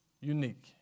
unique